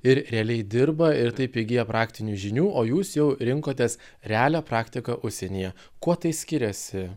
ir realiai dirba ir taip įgyja praktinių žinių o jūs jau rinkotės realią praktiką užsienyje kuo tai skiriasi